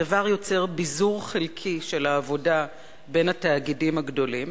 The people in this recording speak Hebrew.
הדבר יוצר ביזור חלקי של העבודה בין התאגידים הגדולים,